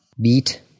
Beat